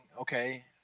okay